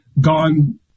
gone